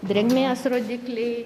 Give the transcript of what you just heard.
drėgmės rodikliai